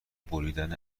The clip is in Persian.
بریدن